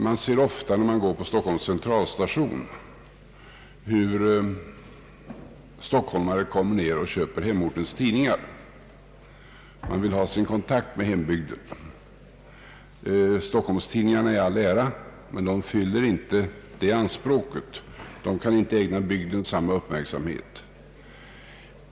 Man ser ofta på Stockholms centralstation hur stockholmarna köper hemortens tidningar. De vill ha sin kontakt med hembygden. Stockholmstidningarna i all ära, men de fyller inte detta anspråk, kan inte ägna bygden samma uppmärksamhet.